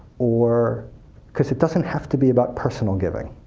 or because it doesn't have to be about personal giving.